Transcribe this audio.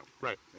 Right